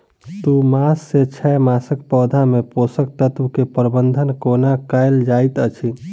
दू मास सँ छै मासक पौधा मे पोसक तत्त्व केँ प्रबंधन कोना कएल जाइत अछि?